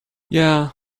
yeah